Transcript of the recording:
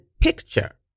picture